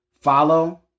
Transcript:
follow